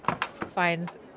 Finds